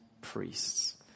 priests